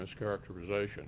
mischaracterization